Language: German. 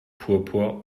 purpur